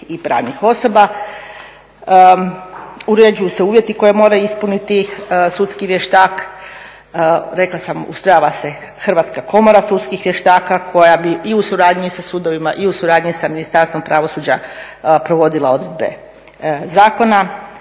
i pravnih osoba. Uređuju se uvjeti koje mora ispuniti sudski vještak, rekla sam ustrojava se hrvatska komora sudskih vještaka koja bi i u suradnji sa sudovima i u suradnji sa ministarstvom pravosuđa provodila odredbe zakona.